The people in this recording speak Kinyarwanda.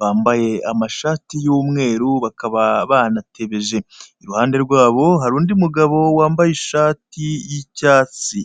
bambaye amashati y'umweru bakaba banatebeje, iruhande rwabo hari undi mugabo wambaye ishati y'icyatsi.